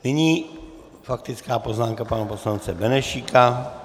Nyní faktická poznámka pana poslance Benešíka.